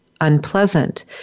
unpleasant